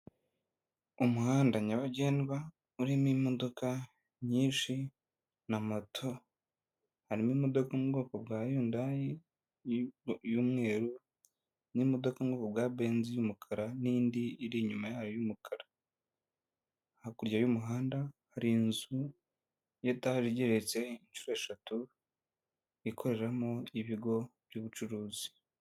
Umuhanda nyabagendwa, urimo imodoka nyinshi, na mato, harimo imodoka mu bwoko bwa hyundai y'umweru, n'imodoka y'ubwoko bwa benzi y'umukara, n'indi iri inyuma yayo y'umukara. Hakurya y'umuhanda hari inzu ya etaje igeretse inshuro eshatu, ikoreramo ibigo by'ubucuruzi.